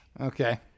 Okay